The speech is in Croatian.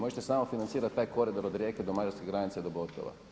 Možete samo financirati taj koridor od Rijeke do madžarske granice do Bortova.